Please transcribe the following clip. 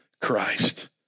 Christ